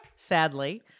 Sadly